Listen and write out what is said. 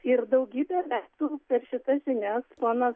ir daugybę metų per šitas žinias ponas